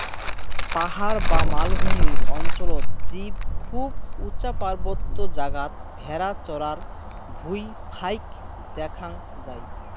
পাহাড় বা মালভূমি অঞ্চলত জীব খুব উচা পার্বত্য জাগাত ভ্যাড়া চরার ভুঁই ফাইক দ্যাখ্যাং যাই